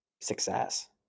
success